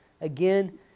again